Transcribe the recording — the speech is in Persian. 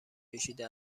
کشیده